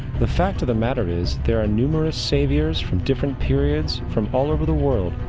the fact of the matter is there are numerous saviors, from different periods, from all over the world,